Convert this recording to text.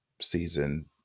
season